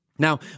Now